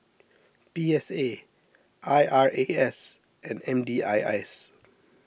P S A I R A S and M D I S